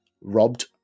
robbed